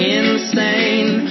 insane